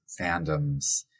fandoms